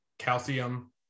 calcium